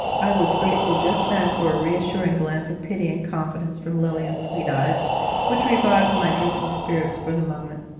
i was grateful just then for a reassuring glance of pity and confidence from lilian's sweet eyes which revived my drooping spirits for the moment.